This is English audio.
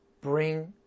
bring